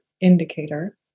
indicator